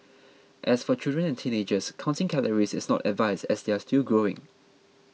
as for children and teenagers counting calories is not advised as they are still growing